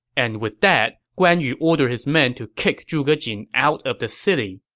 and with that, guan yu ordered his men to kick zhuge jin out of the city.